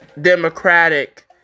Democratic